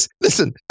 listen